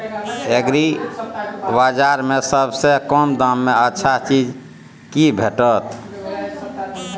एग्रीबाजार में सबसे कम दाम में अच्छा चीज की भेटत?